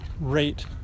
rate